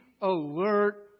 alert